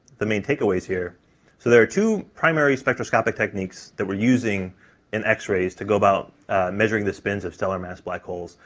the main takeaways here so there are two primary spectroscopic techniques that we're using in x-rays to go about measuring the spins of stellar-mass black holes,